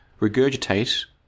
regurgitate